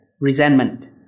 resentment